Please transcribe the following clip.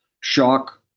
shock